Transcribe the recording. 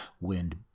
Wind